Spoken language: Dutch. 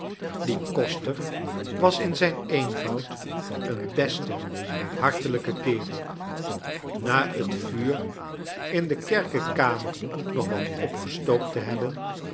die koster was in zijn eenvoud een beste hartelijke kerel na het vuur in de kerkekamer nog wat opgestookt te hebben